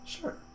Sure